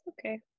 okay